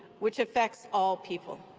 which affects all people.